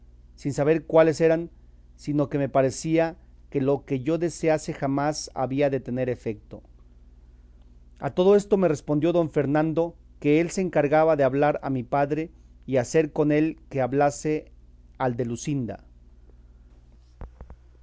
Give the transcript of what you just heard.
sin saber cuáles eran sino que me parecía que lo que yo desease jamás había de tener efeto a todo esto me respondió don fernando que él se encargaba de hablar a mi padre y hacer con él que hablase al de luscinda